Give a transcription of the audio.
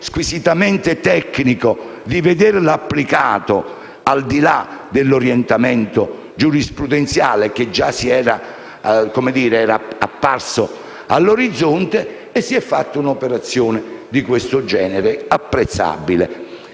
squisitamente tecnico, per vederlo applicato al di là dell'orientamento giurisprudenziale già apparso all'orizzonte. È stata fatta pertanto un'operazione di tal genere, apprezzabile.